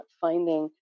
finding